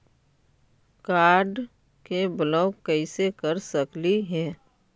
Card के block कैसे कर सकली हे?